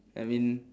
I mean